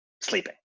sleeping